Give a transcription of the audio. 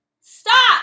Stop